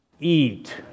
eat